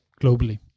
globally